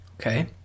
Okay